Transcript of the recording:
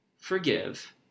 forgive